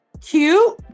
Cute